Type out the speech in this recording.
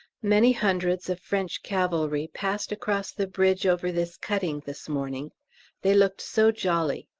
many hundreds of french cavalry passed across the bridge over this cutting this morning they looked so jolly.